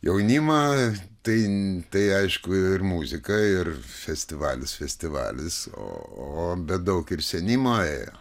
jaunimą tai aišku ir muzika ir festivalis festivalis o bet daug ir senimo ėjo